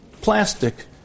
plastic